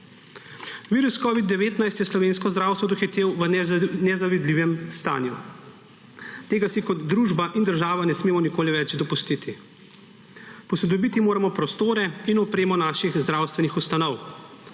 Virus covid-19 je slovensko zdravstvo dohitel v nezavidljivem stanju. Tega si kot družba in država ne smemo nikoli več dopustiti. Posodobiti moramo prostore in opremo naših zdravstvenih ustanov.